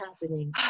happening